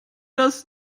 das